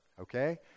Okay